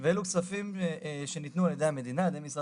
אני רוצה להודות לאחיות ולכל הצוותים שעבדו מסביבם